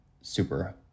super